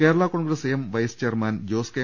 Kerala Congress M vice chairman Jose K